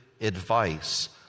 advice